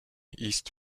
east